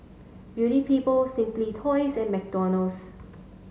Beauty People Simply Toys and McDonald's